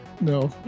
No